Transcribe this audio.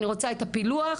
אני רוצה את הפילוח,